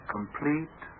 Complete